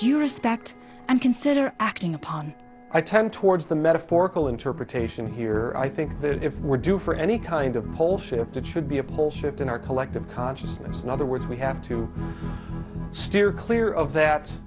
due respect and consider acting upon i tend towards the metaphorical interpretation here i think that if we're due for any kind of pole shift it should be a pole shift in our collective consciousness in other words we have to steer clear of that